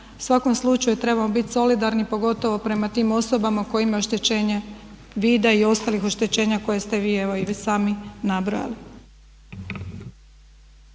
svakom slučaju trebamo biti solidarni pogotovo prema tim osobama koje imaju oštećenje vida i ostalih oštećenja koje ste vi evo i sami nabrojali.